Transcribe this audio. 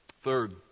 Third